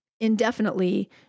indefinitely